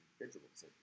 individuals